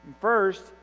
first